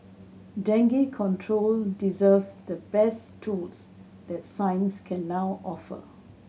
dengue control deserves the best tools that science can now offer